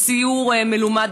לסיור מלומד.